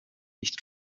nicht